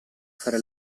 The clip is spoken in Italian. fare